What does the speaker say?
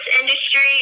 industry